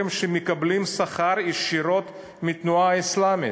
שמקבלים שכר ישירות מהתנועה האסלאמית,